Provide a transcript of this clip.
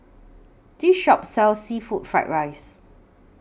This Shop sells Seafood Fried Rice